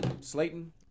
Slayton